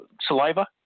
saliva